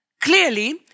Clearly